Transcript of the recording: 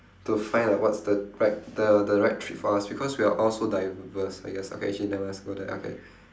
to find like what's the right the the right treat for us because we're all so diverse I guess okay actually never mind let's not go there okay